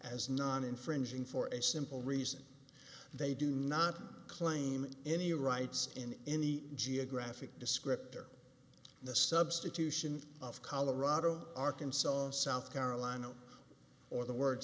as non infringing for a simple reason they do not claim any rights in any geographic descriptor the substitution of colorado arkansas south carolina or the word